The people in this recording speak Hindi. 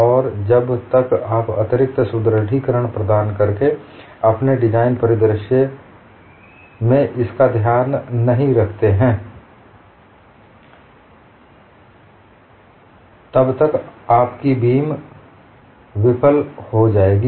और जब तक आप अतिरिक्त सुदृढीकरण प्रदान करके अपने डिजाइन परिदृश्य में इसका ध्यान नहीं रखते हैं तब तक आपकी बीम विफल हो जाएगी